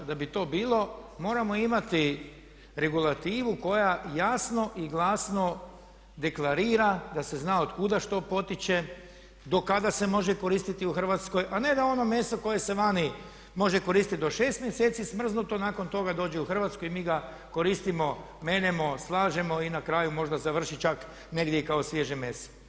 Da bi to bilo moramo imati regulativu koja jasno i glasno deklarira da se zna otkud što potječe, do kada se može koristiti u Hrvatskoj a ne da ono meso koje se vani može koristiti do 6 mjeseci smrznuto nakon toga dođe u Hrvatsku i mi ga koristimo, meljemo, slažemo i na kraju možda završi čak negdje i kao svježe meso.